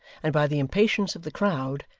and by the impatience of the crowd,